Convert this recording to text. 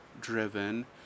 driven